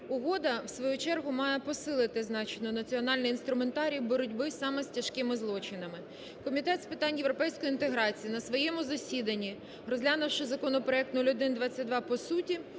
Угода у свою чергу має посилити значно національний інструментарій боротьби саме з тяжкими злочинами. Комітет з питань європейської інтеграції на своєму засіданні, розглянувши законопроект 0122 по суті,